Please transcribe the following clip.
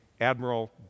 Admiral